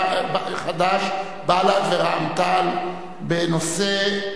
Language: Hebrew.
בל"ד ורע"ם-תע"ל בנושא: